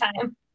time